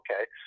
okay